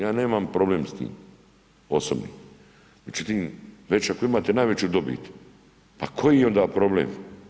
Ja nemam problem s tim osobno, već ako imate najveću dobit, pa koji je onda problem?